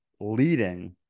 leading